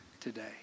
today